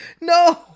No